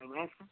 और भैँस का